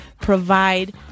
provide